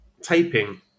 taping